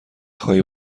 خواهی